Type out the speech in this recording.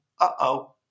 uh-oh